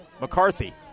McCarthy